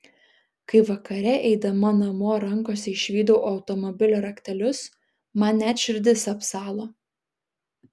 kai vakare eidama namo rankose išvydau automobilio raktelius man net širdis apsalo